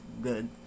good